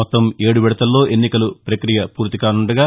మొత్తం ఏడు విడతల్లో ఎన్సికలు ప్రక్రియ పూర్తికానుండగా